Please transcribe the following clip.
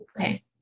Okay